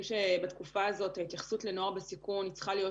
בתקופה הזאת ההתייחסות לנוער בסיכון צריכה להיות